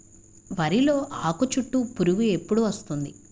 వరిలో ఆకుచుట్టు పురుగు ఎప్పుడు వస్తుంది?